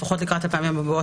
לפחות לקראת הפעמים הבאות,